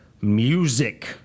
Music